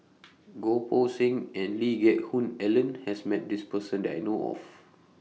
Goh Poh Seng and Lee Geck Hoon Ellen has Met This Person that I know of